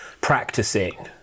practicing